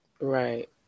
Right